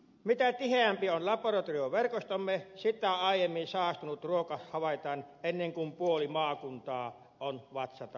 mitä tiheämpi on laboratorioverkostomme sitä aiem min saastunut ruoka havaitaan ennen kuin puoli maakuntaa on vatsataudin kourissa